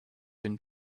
been